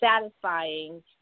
satisfying